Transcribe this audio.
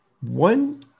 One